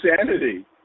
insanity